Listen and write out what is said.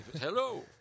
Hello